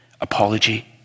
apology